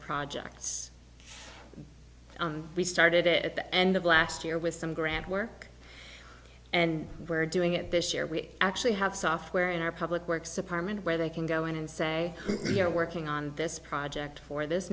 projects we started at the end of last year with some grant work and we're doing it this year we actually have software in our public works department where they can go in and say we're working on this project for this